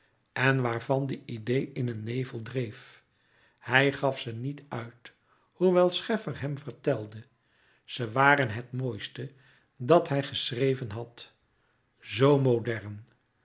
en waarvan de idee in een nevel dreef hij gaf ze niet uit louis couperus metamorfoze hoewel scheffer hem vertelde ze waren het mooiste dat hij geschreven had zoo modern